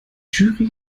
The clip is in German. jury